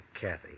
Kathy